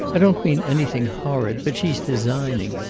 i don't mean anything horrid, but she's designing.